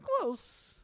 close